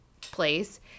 place